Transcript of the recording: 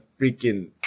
freaking